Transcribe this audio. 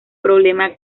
problema